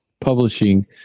publishing